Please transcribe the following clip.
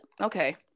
okay